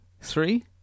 Three